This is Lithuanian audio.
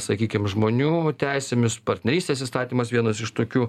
sakykim žmonių teisėmis partnerystės įstatymas vienas iš tokių